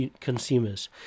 consumers